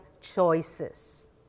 choices